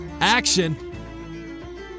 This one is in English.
action